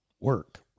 work